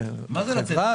עודפים?